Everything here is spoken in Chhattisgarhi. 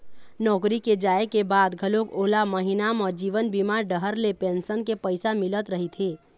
नौकरी के जाए के बाद घलोक ओला महिना म जीवन बीमा डहर ले पेंसन के पइसा मिलत रहिथे